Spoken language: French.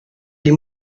les